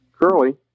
Curly